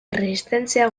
erresistentzia